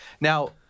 Now